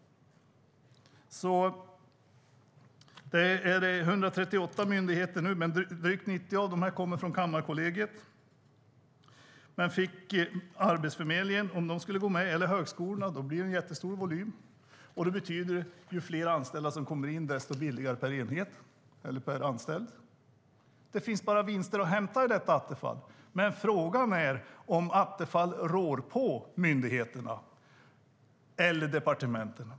Det är 138 myndigheter som nu är anslutna. Drygt 90 av dem kommer från Kammarkollegiet. Om Arbetsförmedlingen och högskolorna gick med skulle volymen bli jättestor. Ju fler anställda som kommer med desto billigare blir det per anställd. Det finns bara vinster att hämta i detta, men frågan är om Attefall rår på myndigheterna eller departementen.